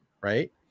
right